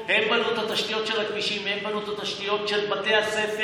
הם מודים בבעיה הזו.